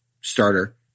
starter